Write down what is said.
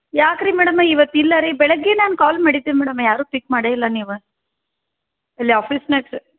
ಯಾಕ್ರಿ ಮೇಡಮ್ ಇವತ್ತು ಇಲ್ಲರೀ ಬೆಳಿಗ್ಗೆ ನಾನು ಕಾಲ್ ಮಾಡಿದ್ದೆ ಮೇಡಮ್ ಯಾರೂ ಪಿಕ್ ಮಾಡೇ ಇಲ್ಲ ನೀವು ಇಲ್ಲಿ ಆಫೀಸ್ನ್ಯಾಗ್ಸ